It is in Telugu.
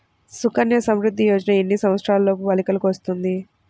సుకన్య సంవృధ్ది యోజన ఎన్ని సంవత్సరంలోపు బాలికలకు వస్తుంది?